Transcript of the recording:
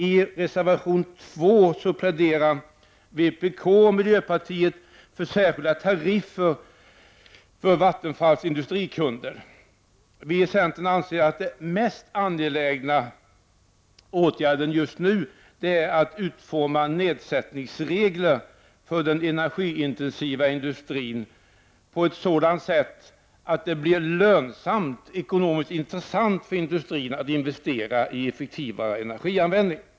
I reservation nr 2 pläderar vpk och mp för särskilda tariffer för Vattenfalls industrikunder. Vi i centern anser att den mest angelägna åtgärden just nu är att utforma nedsättningsregler för den energiintensiva industrin på ett sådant sätt att det blir ekonomiskt intressant för industrin att investera i effektivare energianvändning.